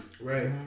Right